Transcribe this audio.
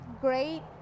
great